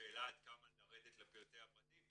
השאלה עד כמה לרדת לפרטי הפרטים.